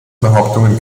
behauptungen